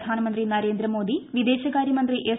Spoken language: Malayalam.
പ്രധാനമന്ത്രി നരേന്ദ്രമോദി വിദേശകാര്യമന്ത്രി എസ്